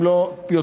אם לא יותר,